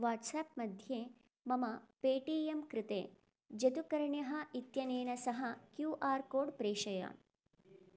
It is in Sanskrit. वाट्साप् मध्ये मम पेटीयम् कृते जतुकर्ण्यः इत्यनेन सह क्यू आर् कोड् प्रेषय